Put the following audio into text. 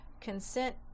consent